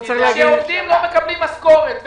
כשעובדים לא מקבלים משכורת,